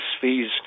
fees